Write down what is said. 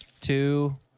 two